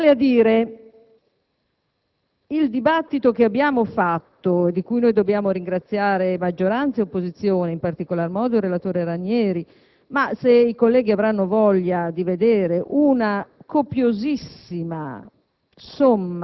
finanziamento. Il dibattito che abbiamo svolto, di cui dobbiamo ringraziare maggioranza e opposizione e in particolar modo il relatore Ranieri (se i colleghi avranno voglia di vederla, esiste una copiosissima